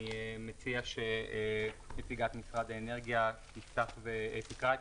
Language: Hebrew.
אני מציע שנציגת משרד האנרגיה תפתח ותקרא את